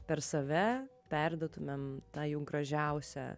per save perduotumėm tą jum gražiausią